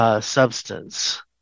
substance